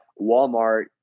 Walmart